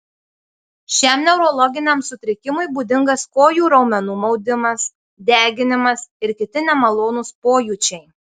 šiam neurologiniam sutrikimui būdingas kojų raumenų maudimas deginimas ir kiti nemalonūs pojūčiai